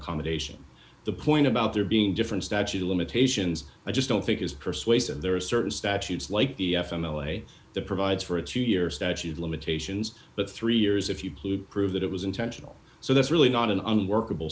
accommodation the point about there being different statute of limitations i just don't think is persuasive there are certain statutes like the from l a that provides for a two year statute of limitations but three years if you please prove that it was intentional so that's really not an unworkable